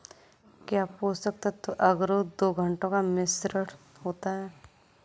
क्या पोषक तत्व अगरो दो घटकों का मिश्रण होता है?